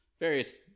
Various